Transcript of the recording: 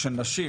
של נשים,